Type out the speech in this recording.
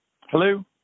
Hello